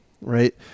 right